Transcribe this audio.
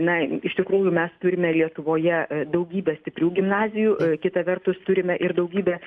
na iš tikrųjų mes turime lietuvoje daugybę stiprių gimnazijų kita vertus turime ir daugybę